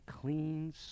clean